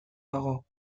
dago